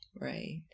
right